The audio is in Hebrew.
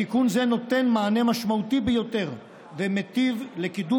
תיקון זה נותן מענה משמעותי ביותר ומיטיב לקידום